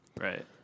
Right